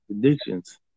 predictions